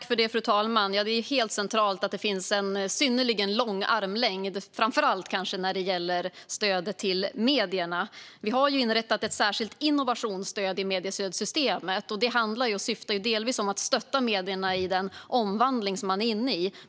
Fru talman! Det är helt centralt att det är en armlängds avstånd, och en synnerligen lång armlängd, framför allt kanske när det gäller stödet till medierna. Vi har ju inrättat ett särskilt innovationsstöd i mediestödssystemet, och det syftar till att stötta medierna i den omvandling som de är inne i.